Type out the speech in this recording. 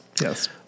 Yes